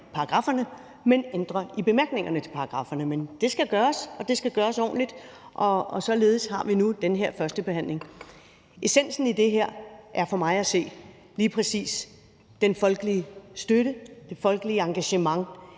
paragrafferne, men ændrer i bemærkningerne til paragrafferne, men det skal gøres, og det skal gøres ordentligt, og således har vi nu den her førstebehandling. Essensen i det her er for mig at se lige præcis den folkelige støtte til og det folkelige engagement